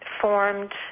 formed